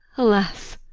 alas!